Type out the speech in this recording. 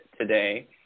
today